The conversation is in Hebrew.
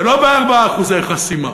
ולא ב-4% חסימה,